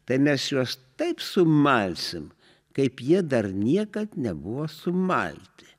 tai mes juos taip sumalsim kaip jie dar niekad nebuvo sumalti